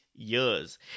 years